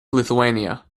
lithuania